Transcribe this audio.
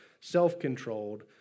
self-controlled